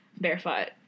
barefoot